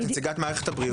את נציגת מערכת הבריאות.